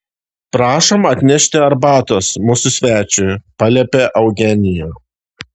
prašom atnešti arbatos mūsų svečiui paliepė eugenija